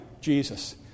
Jesus